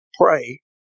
Pray